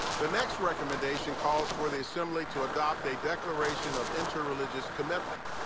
the next recommendation calls for the assembly to adopt a declaration of inter-religious commitment.